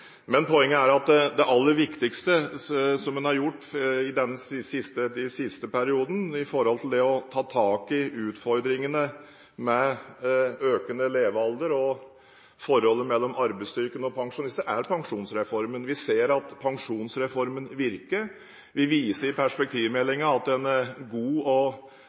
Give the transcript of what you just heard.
men de er om lag uendrede, vil jeg anta. Poenget er at det aller viktigste man har gjort denne siste perioden når det gjelder å ta tak i utfordringene med økende levealder og forholdet mellom arbeidsstyrken og pensjon, er pensjonsreformen. Vi ser at pensjonsreformen virker. Vi viser i perspektivmeldingen at en god og